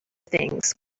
things